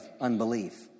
unbelief